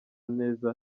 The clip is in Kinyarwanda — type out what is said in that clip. neza